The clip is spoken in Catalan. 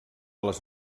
les